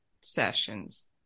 sessions